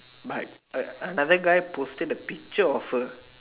but a another guy posted a picture of her